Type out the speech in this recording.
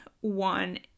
one